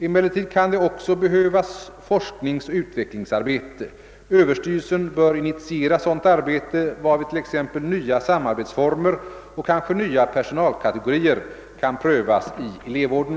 Emellertid kan det också behövas forskningsoch utvecklingsarbete. Överstyrelsen bör initiera sådant arbete, varvid t.ex. nya samarbetsformer och kanske nya personalkategorier kan prövas i elevvården.